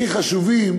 הכי חשובים.